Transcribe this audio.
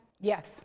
Yes